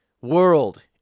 world